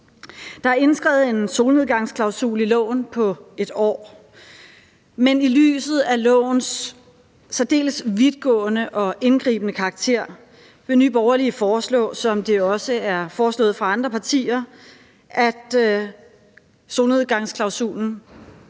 Der er indskrevet en solnedgangsklausul i loven på et år, men i lyset af lovens særdeles vidtgående og indgribende karakter vil Nye Borgerlige foreslå, som det også er foreslået af andre partier, at perioden i solnedgangsklausulen